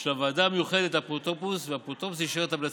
של הוועדה המיוחדת לאפוטרופוס והאפוטרופוס אישר את המלצתה.